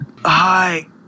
Hi